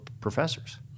professors